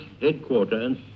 headquarters